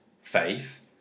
faith